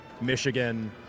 Michigan